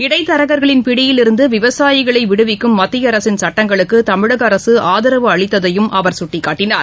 இடைத்தரகர்களின் பிடியிலிருந்து விவசாயிகளை விடுவிக்கும் மத்திய அரசின் சுட்டங்களுக்கு தமிழக அரசு ஆதரவு அளித்ததையும் அவர் சுட்டிக்காட்டினார்